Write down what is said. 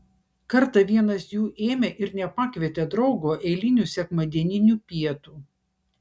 kartą vienas jų ėmė ir nepakvietė draugo eilinių sekmadieninių pietų